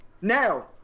Now